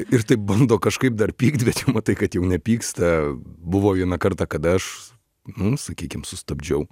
ir taip bando kažkaip dar pykt bet jau matai kad jau nepyksta buvo vieną kartą kada aš nu sakykim sustabdžiau